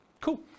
Cool